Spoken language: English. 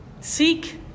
seek